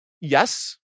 Yes